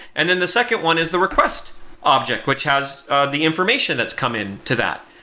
and then the second one is the request object, which has ah the information that's come in to that.